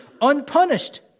unpunished